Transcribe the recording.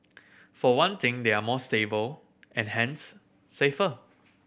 for one thing they are more stable and hence safer